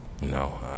No